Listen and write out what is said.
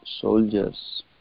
soldiers